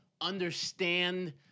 understand